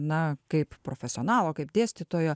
na kaip profesionalo kaip dėstytojo